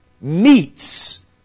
meets